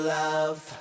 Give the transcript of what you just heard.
love